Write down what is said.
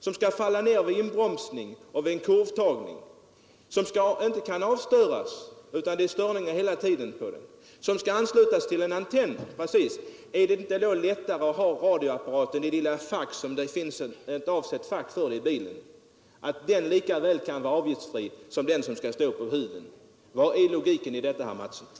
Den kan falla ned vid inbromsning eller kurvtagning och förorsaka skador. Dessutom kan den inte göras störningsfri, utan det är hela tiden störningar i den. Är det inte lättare att ha radioapparaten i det lilla fack som är avsett för den? Varför kan då inte eh apparat placerad i det facket vara avgiftsfri lika väl som den apparat som står på instrumentbrädan, herr Mattsson?